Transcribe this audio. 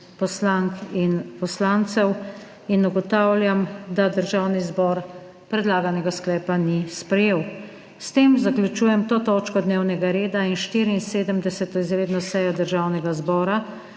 nihče.) (Proti 52.) Ugotavljam, da Državni zbor predlaganega sklepa ni sprejel. S tem zaključujem to točko dnevnega reda in 74. izredno sejo Državnega zbora.